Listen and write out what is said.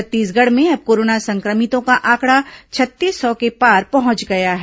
छत्तीसगढ़ में अब कोरोना संक्रमितों का आंकड़ा छत्तीस सौ के पार पहुंच गया है